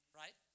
right